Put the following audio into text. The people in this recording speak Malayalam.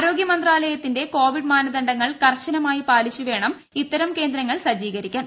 ആരോഗ്യമന്ത്രാലയത്തിന്റെ കോവിഡ് മാനദണ്ഡങ്ങൾ കർശനമായി പാലിച്ചുവേണം ഇത്തരം കേന്ദ്രങ്ങൾ സജ്ജീകരിക്കാൻ